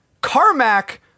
Carmack